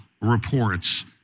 reports